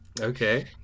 Okay